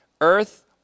earth